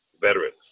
veterans